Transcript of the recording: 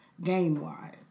game-wise